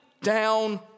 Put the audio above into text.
down